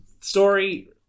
story